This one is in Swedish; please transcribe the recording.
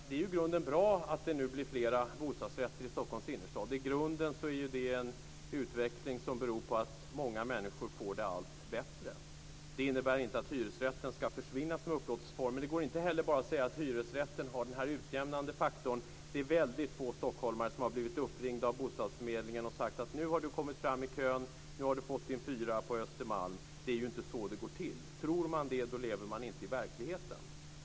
Det är i grunden bra att det nu blir flera bostadsrätter i Stockholms innerstad. Det är en utveckling som visar att alltfler människor får det allt bättre. Det innebär inte att hyresrätten ska försvinna som upplåtelseform. Men det går inte heller att bara säga att hyresrätten har en utjämnande faktor. Det är väldigt få stockholmare som har blivit uppringda av någon från bostadsförmedlingen som har sagt: Nu har du kommit fram i kön, så nu har du fått din fyrarummare på Östermalm. Det är ju inte så det går till. Tror man det lever man inte i verkligheten.